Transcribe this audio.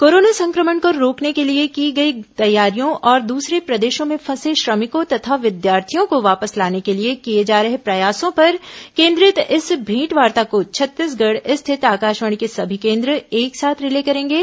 corona संक्रमण को रोकने के लिए की गई तैयारियों और दूसरे प्रदेशों में फंसे श्रमिकों तथा विद्यार्थियों को वापस लाने के लिए किए जा रहे प्रयासों पर केंद्रित इस भेंटवार्ता को छत्तीसगढ़ स्थित आकाशवाणी के सभी केन्द्र एक साथ रिले करेंगे